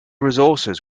resources